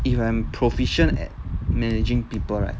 if I'm proficient at managing people right